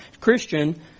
Christian